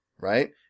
right